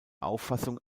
auffassung